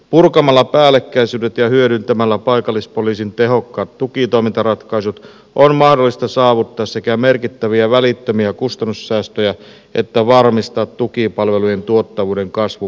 purkamalla päällekkäisyydet ja hyödyntämällä paikallispoliisin tehokkaat tukitoimintaratkaisut on mahdollista saavuttaa sekä merkittäviä välittömiä kustannussäästöjä että varmistaa tukipalvelujen tuottavuuden kasvu pitkällä aikavälillä